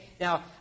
Now